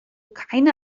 keine